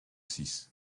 six